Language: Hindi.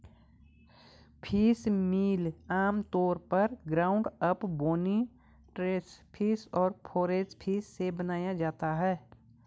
फिशमील आमतौर पर ground up, bony trash fish और फोरेज फिश से बनाया जाता है